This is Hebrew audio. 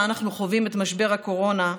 שבה אנו חווים את משבר הקורונה,